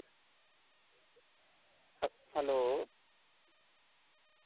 ह हैल्लो